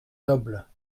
noble